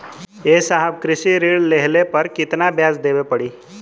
ए साहब कृषि ऋण लेहले पर कितना ब्याज देवे पणी?